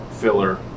Filler